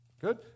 Good